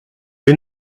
les